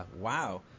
wow